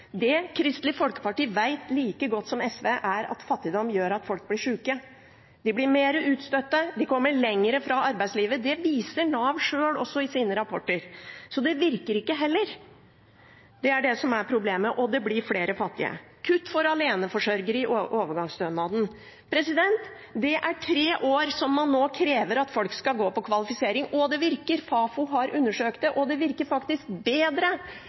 som Kristelig Folkeparti vet like godt som SV, er at fattigdom gjør at folk blir syke, de blir mer utstøtte, de kommer lenger bort fra arbeidslivet. Det viser også Nav sjøl i sine rapporter. Så det virker ikke heller, det er det som er problemet. Og det blir flere fattige. Så til kutt i overgangsstønaden for aleneforsørgere: Det er tre år man nå krever at folk skal gå på kvalifisering, og det virker! Fafo har undersøkt det, og det virker faktisk bedre